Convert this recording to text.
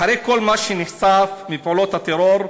אחרי כל מה שנחשף מפעולות הטרור,